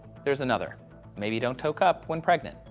there's another maybe don't toke up when pregnant.